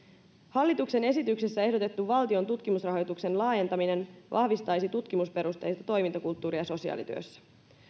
hallituksen esityksessä ehdotettu valtion tutkimusrahoituksen laajentaminen vahvistaisi tutkimusperusteista toimintakulttuuria sosiaalityössä